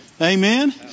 Amen